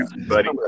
buddy